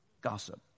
Gossip